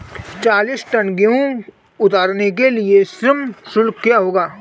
चालीस टन गेहूँ उतारने के लिए श्रम शुल्क क्या होगा?